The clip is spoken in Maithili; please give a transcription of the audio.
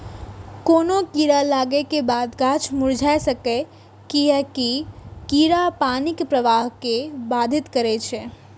कोनो कीड़ा लागै के बादो गाछ मुरझा सकैए, कियैकि कीड़ा पानिक प्रवाह कें बाधित करै छै